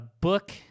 book